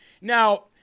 Now